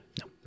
No